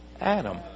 Adam